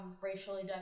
racially